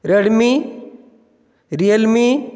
Redmi Realme